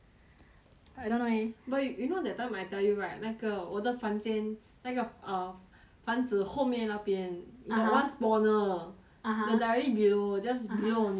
I don't like eh but you you know that time I tell you right 那个我的房间那个 err 房子后面那边 (uh huh) got one spawner the directly below just below only then like